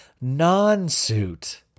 non-suit